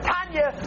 Tanya